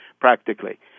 practically